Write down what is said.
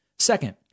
Second